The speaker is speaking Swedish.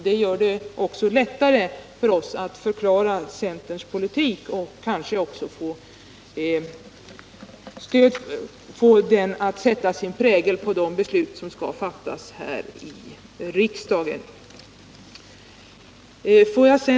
Det gör det lättare för oss att förklara centerns politik och att sätta vår prägel på de ställningstaganden vi gör här i riksdagen.